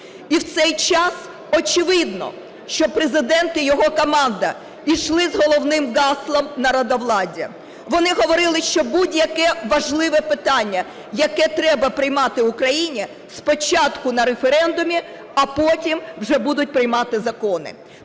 І в цей час, очевидно, що Президент і його команда йшли з головним гаслом "народовладдя". Вони говорили, що будь-яке важливе питання, яке треба приймати Україні, спочатку на референдумі, а потім вже будуть приймати закони.